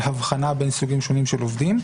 של הבחנה בין סוגים שונים של עובדים.